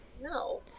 No